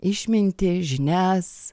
išmintį žinias